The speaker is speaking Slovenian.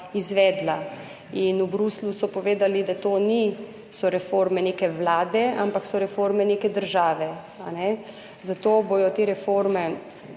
izvedla, in v Bruslju so povedali, da to niso reforme neke vlade, ampak so reforme neke države, zato bodo te reforme